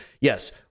yes